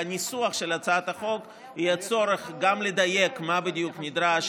בניסוח של הצעת החוק יהיה צורך גם לדייק מה בדיוק נדרש,